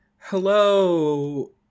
hello